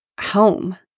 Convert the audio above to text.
home